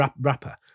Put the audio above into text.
rapper